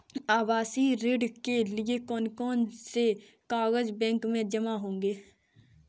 आवासीय ऋण के लिए कौन कौन से कागज बैंक में जमा होंगे?